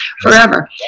forever